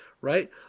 right